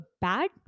bad